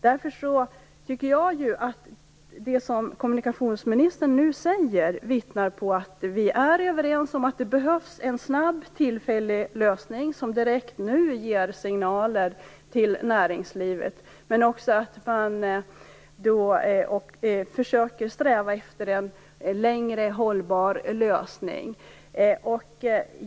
Det kommunikationsministern nu har sagt vittnar om att vi är överens om att det behövs en snabb, tillfällig lösning som direkt ger signaler till näringslivet. Det skall vara fråga om en strävan efter en längre, hållbar lösning.